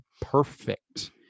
perfect